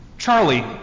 Charlie